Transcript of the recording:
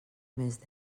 més